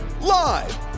Live